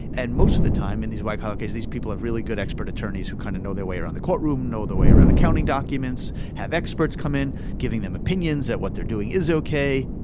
and most of the time, in these white collar case, these people have really good expert attorneys who kind of know their way around the courtroom, know the way around accounting documents. have experts come in giving them opinions that what they're doing is ok?